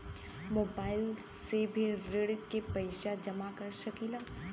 Mobile से भी ऋण के पैसा जमा कर सकी ला?